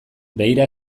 begira